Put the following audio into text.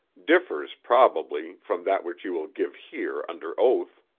differs, probably, from that which you will give here under oath.